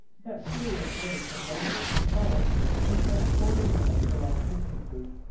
that serious waste of labour is involved in transporting them for long distances.